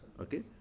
okay